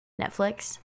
Netflix